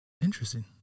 Interesting